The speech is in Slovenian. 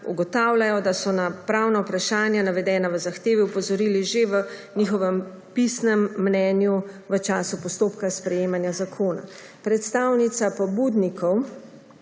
ugotavljajo, da so na pravna vprašanja, navedena v zahtevi, opozorili že v svojem pisnem mnenju v času postopka sprejemanja zakona. Predstavnica pobudnikov